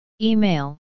Email